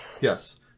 Yes